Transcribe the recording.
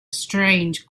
strange